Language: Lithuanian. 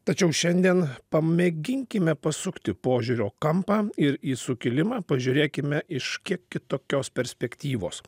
tačiau šiandien pamėginkime pasukti požiūrio kampą ir į sukilimą pažiūrėkime iš kiek kitokios perspektyvos